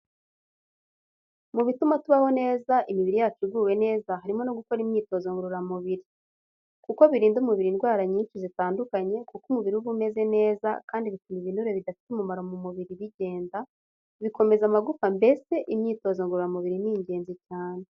Mu bituma tubaho neza imibiri yacu iguwe neza harimo no gukora imyitozo ngororamubiri. Kuko birinda umubiri indwara nyinshi zitandukanye kuko umubiri uba umeze neza kandi bituma ibinure bidafite umumaro mu mubiri bigenda, bikomeza amagufa mbese imyitozo ngororamubiri ni ingenzi cyane.